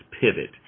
pivot